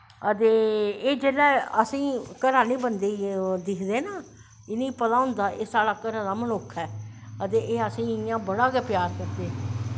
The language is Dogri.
ते एह् जिसलै असेंगी घरे आह्ले बंदे गी दिखदे ना इनेंगी पता होंदा कि एह् साढ़ा घरा दा मनुक्ख ऐ ते एह् असेंगी इयां बड़ा गै प्यार करदे